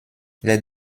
les